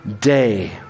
day